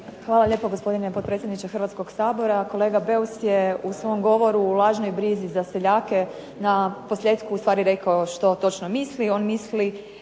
Hvala lijepo gospodine potpredsjedniče Sabora. Kolega Beus je u svom govoru u lažnoj brizi za seljake, na posljetku i rekao što on točno misli,